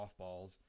softballs